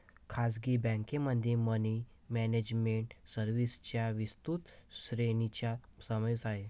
खासगी बँकेमध्ये money management सर्व्हिसेसच्या विस्तृत श्रेणीचा समावेश आहे